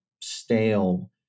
stale